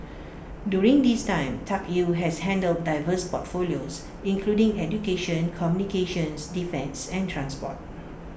during this time Tuck Yew has handled diverse portfolios including education communications defence and transport